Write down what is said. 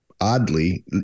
Oddly